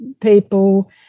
people